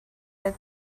that